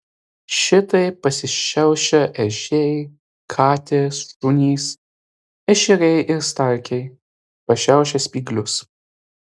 šitaip pasišiaušia ežiai katės šunys ešeriai ir starkiai pašiaušia spyglius